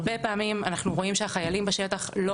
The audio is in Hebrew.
הרבה פעמים אנחנו רואים שהחיילים בשטח לא